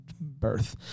birth